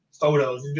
photos